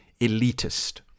elitist